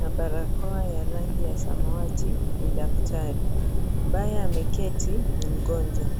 na barakoa ya rangi ya samawati ni daktari. Ambaye ameketi ni mgonjwa.